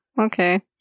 okay